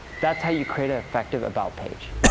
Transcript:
that's how you create a effective about page.